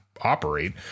operate